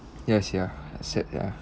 ya sia sad ya